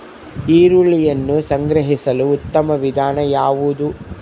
ಈರುಳ್ಳಿಯನ್ನು ಸಂಗ್ರಹಿಸಲು ಉತ್ತಮ ವಿಧಾನ ಯಾವುದು?